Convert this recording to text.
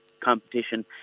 competition